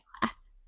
class